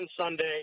Sunday